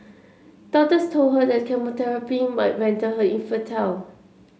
doctors told her that chemotherapy might render her infertile